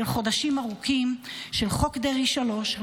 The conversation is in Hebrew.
של חודשים ארוכים של חוק דרעי 3,